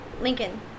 Lincoln